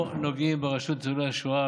לא נוגעים ברשות לניצולי השואה,